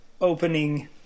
opening